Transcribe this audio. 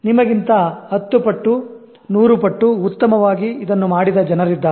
ನಿಮಗಿಂತ ಹತ್ತು ಪಟ್ಟು ನೂರುಪಟ್ಟು ಉತ್ತಮವಾಗಿ ಇದನ್ನು ಮಾಡಿದ ಜನರಿದ್ದಾರೆ